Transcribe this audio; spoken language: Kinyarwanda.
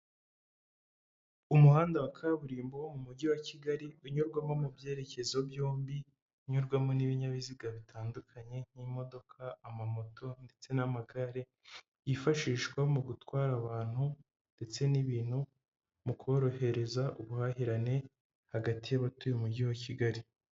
Umuhanda wa kaburimbo wo mu mujyi wa Kigali, unyurwamo mu byerekezo byombi ,unyurwamo n'ibinyabiziga bitandukanye nk'imodoka ,amamoto ndetse n'amagare yifashishwa mu gutwara abantu ndetse n'ibintu mu korohereza ubuhahirane hagati y'abatuye umujyi wa Kigali.